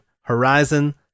Horizon